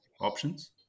options